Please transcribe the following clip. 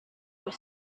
were